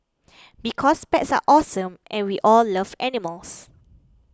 because pets are awesome and we all love animals